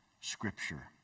Scripture